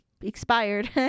expired